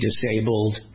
disabled